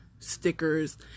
stickers